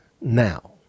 now